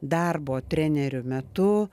darbo treneriu metu